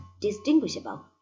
distinguishable